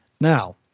Now